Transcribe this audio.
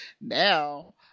now